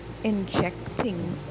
Injecting